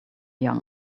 young